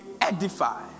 edify